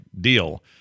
deal